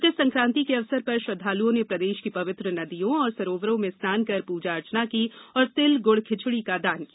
मकर संकान्ति के अवसर पर श्रद्धाल्ओं ने प्रदेश की पवित्र नदियों और सरावरों में स्नान कर पूजा अर्चना की और तिल गुड खिचडी का दान किया